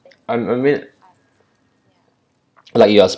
I'm a bit like yours